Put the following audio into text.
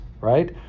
right